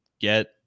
get